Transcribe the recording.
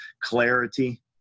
clarity